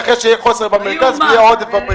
ואחר כך הם יבקשו כוח אדם.